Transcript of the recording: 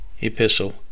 epistle